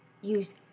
use